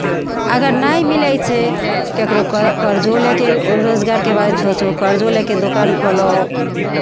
अगर नहि मिलै छै ककरो कर कर्जो लऽ कऽ रोजगारके बारे सोचू कर्जो लऽ कऽ दोकान खोलू